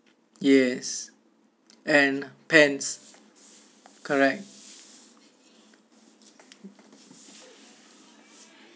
yes and pens correct